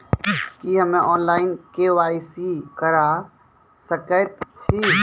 की हम्मे online, KYC करा सकैत छी?